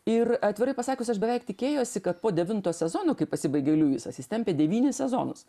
ir atvirai pasakius aš beveik tikėjosi kad po devinto sezonų kai pasibaigė liuisas jis tempė devynis sezonus